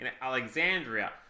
Alexandria